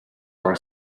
for